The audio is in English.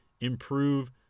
improve